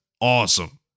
awesome